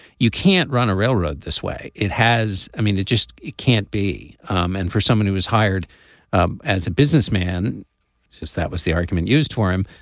you can't run a railroad this way. it has. i mean it just it can't be. um and for someone who was hired um as a businessman it's just that was the argument used for him.